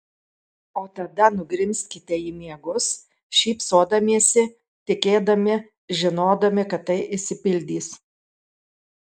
o tada nugrimzkite į miegus šypsodamiesi tikėdami žinodami kad tai išsipildys